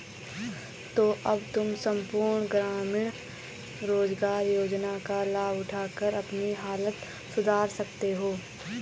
तो अब तुम सम्पूर्ण ग्रामीण रोज़गार योजना का लाभ उठाकर अपनी हालत सुधार सकते हो